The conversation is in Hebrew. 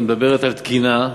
היא מדברת על תקינה,